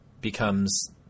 becomes